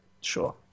sure